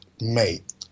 Mate